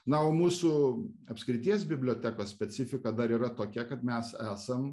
na o mūsų apskrities bibliotekos specifika dar yra tokia kad mes esam